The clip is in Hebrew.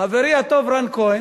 חברי הטוב רן כהן,